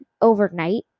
overnight